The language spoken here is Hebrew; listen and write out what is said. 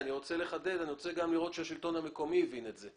אני רוצה לראות שהשלטון המקומי הבין את זה.